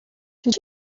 did